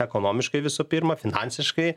ekonomiškai visų pirma finansiškai